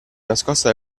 nascosta